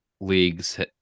leagues